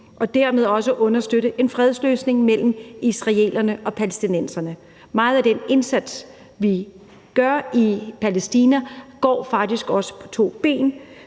og dermed også understøtte en fredsløsning mellem israelerne og palæstinenserne. Meget af den indsats, vi gør i Palæstina, går faktisk også på to ben,